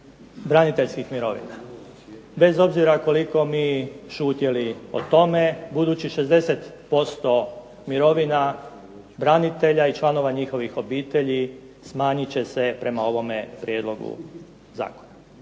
braniteljskih mirovina, bez obzira koliko mi šutjeli o tome budućih 60% mirovina branitelja i članova njihovih obitelji smanjit će se prema ovome prijedlogu zakona